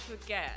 forget